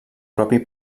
propi